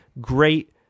great